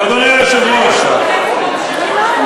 זה לא יעזור לכם הצעקות האלה.